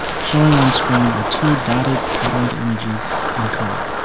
showing on screen are two dotted patterened images in color.